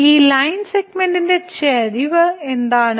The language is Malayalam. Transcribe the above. ഈ ലൈൻ സെഗ്മെന്റിന്റെ ചരിവ് എന്താണ്